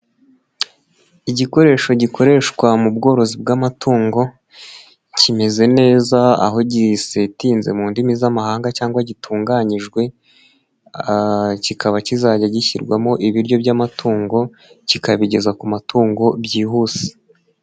Igikoresho gikoreshwa mu bworozi bw'amatungo. Kimeze neza aho gisetinze mu ndimi z'amahanga cyangwa gitunganyijwe. Kikaba kizajya gishyirwamo ibiryo by'amatungo kikabigeza ku matungo byihuse.